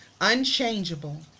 unchangeable